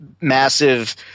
massive